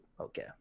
okay